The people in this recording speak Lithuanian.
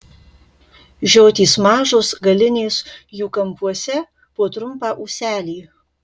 žiotys mažos galinės jų kampuose po trumpą ūselį